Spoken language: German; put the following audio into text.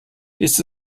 ist